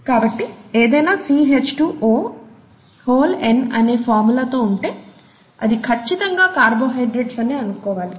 కాబట్టి ఏదైనా n అనే ఫార్ములా తో ఉంటే అది ఖచ్చితంగా కార్బోహైడ్రాట్స్ అనే అనుకోవాలి